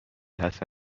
حسن